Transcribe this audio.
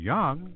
Young